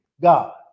God